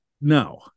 no